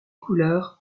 couleurs